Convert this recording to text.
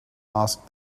asked